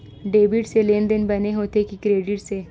Debit से लेनदेन बने होथे कि क्रेडिट से?